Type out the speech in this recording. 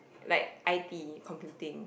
like i_t computing